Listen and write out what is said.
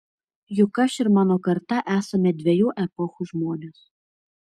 juk aš ir mano karta esame dviejų epochų žmonės